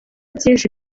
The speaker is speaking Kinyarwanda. byinshi